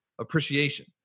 Appreciation